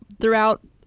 throughout